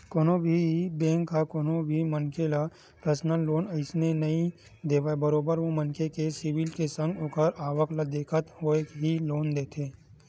कोनो भी बेंक ह कोनो भी मनखे ल परसनल लोन अइसने ही नइ देवय बरोबर ओ मनखे के सिविल के संग ओखर आवक ल देखत होय ही लोन देथे